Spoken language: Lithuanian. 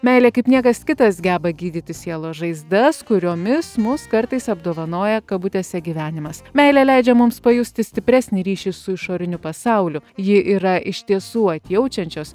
meilė kaip niekas kitas geba gydyti sielos žaizdas kuriomis mus kartais apdovanoja kabutėse gyvenimas meilė leidžia mums pajusti stipresnį ryšį su išoriniu pasauliu ji yra iš tiesų atjaučiančios